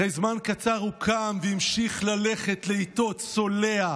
אחרי זמן קצר הוא קם והמשיך ללכת לאיטו, צולע.